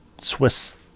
Swiss